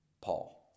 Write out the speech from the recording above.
Paul